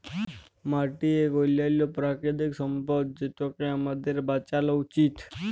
মাটি ইক অলল্য পেরাকিতিক সম্পদ যেটকে আমাদের বাঁচালো উচিত